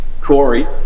Corey